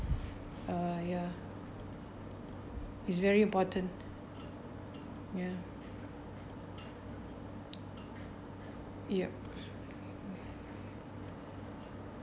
uh ya it's very important ya ya